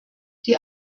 die